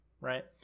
right